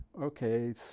okay